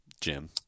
Jim